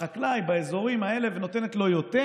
בחקלאי באזורים האלה ונותנת לו יותר,